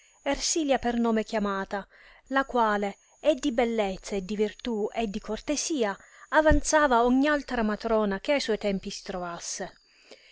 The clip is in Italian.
ersilia per nome chiamata la quale e di bellezza e di virtù e di cortesia avanzava ogn altra matrona che a suoi tempi si trovasse